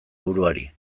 buruari